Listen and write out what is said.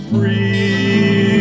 Free